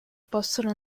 possono